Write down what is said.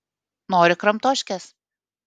nori kramtoškės